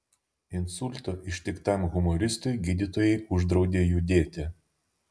insulto ištiktam humoristui gydytojai uždraudė judėti